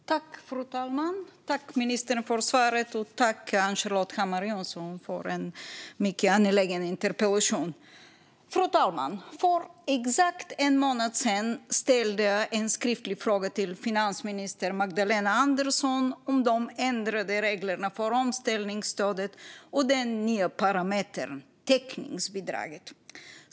Fru talman! Jag tackar ministern för svaret och Ann-Charlotte Hammar Johnsson för en mycket angelägen interpellation. Fru talman! För exakt en månad sedan ställde jag en skriftlig fråga till finansminister Magdalena Andersson om de ändrade reglerna för omställningsstödet och den nya parametern täckningsbidraget.